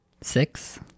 Six